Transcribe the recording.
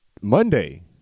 Monday